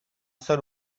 seul